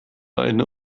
eine